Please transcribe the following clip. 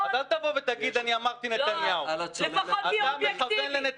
על הצוללת הזאת --- נכון.